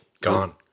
gone